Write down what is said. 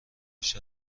بیش